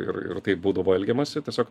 ir ir taip būdavo elgiamasi tiesiog